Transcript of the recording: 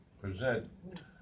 Present